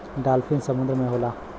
dolphin समुंदर में होला